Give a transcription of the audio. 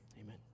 Amen